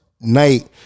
night